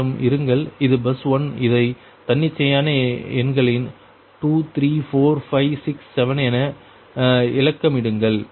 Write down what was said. கொஞ்சம் இருங்கள் இது பஸ் 1 இதை தன்னிச்சையான எண்களின் 2 3 4 5 6 7 8 என இலக்கமிடுங்கள்